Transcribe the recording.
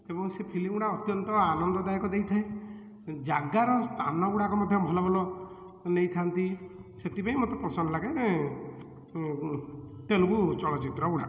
ଏବଂ ସେ ଫିଲ୍ମଗୁଡ଼ା ଅତ୍ୟନ୍ତ ଆନନ୍ଦଦାୟକ ଦେଇଥାଏ ଜାଗାର ସ୍ଥାନଗୁଡ଼ାକ ମଧ୍ୟ ଭଲ ଭଲ ନେଇଥାନ୍ତି ସେଥିପାଇଁ ମୋତେ ପସନ୍ଦ ଲାଗେ ତେଲଗୁ ଚଳଚ୍ଚିତ୍ରଗୁଡ଼ାକ